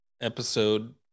episode